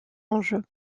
enjeu